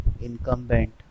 incumbent